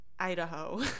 Idaho